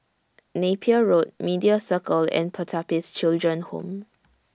Napier Road Media Circle and Pertapis Children Home